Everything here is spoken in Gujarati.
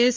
એસ